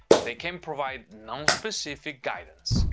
they can provide non-specific guidance.